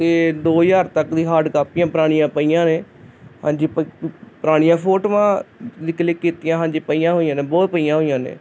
ਅਤੇ ਦੋ ਹਜ਼ਾਰ ਤੱਕ ਦੀ ਹਾਰਡ ਕਾਪੀਆਂ ਪੁਰਾਣੀਆਂ ਪਈਆਂ ਨੇ ਹਾਂਜੀ ਪੁਰਾਣੀਆਂ ਫੋਟੋਆਂ ਅਤੇ ਕਲਿੱਕ ਕੀਤੀਆਂ ਹਾਂਜੀ ਪਈਆਂ ਹੋਈਆਂ ਨੇ ਬਹੁਤ ਪਈਆਂ ਹੋਈਆਂ ਨੇ